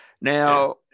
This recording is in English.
now